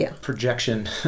projection